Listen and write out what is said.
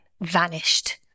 vanished